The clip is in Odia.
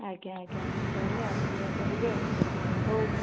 ଆଜ୍ଞା ଆଜ୍ଞା ହଉ ତାହେଲେ ଆଉ ଏଇଆ କରିବି ଆଉ ହଉ